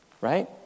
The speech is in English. right